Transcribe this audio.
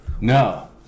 No